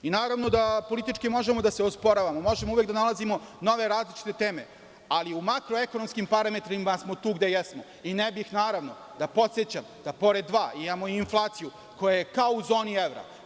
Mi naravno da politički možemo da se osporavamo, možemo uvek da nalazimo nove različite teme, ali u makroekonomskim parametrima smo tu gde jesmo i ne bih naravno da podsećam da pored dva, imamo inflaciju koja je kao u zoni evra.